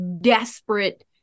desperate